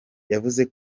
yavuze